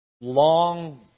long